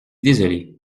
désolée